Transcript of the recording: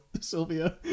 Sylvia